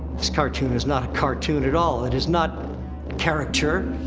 this cartoon is not a cartoon at all. it is not a caricature.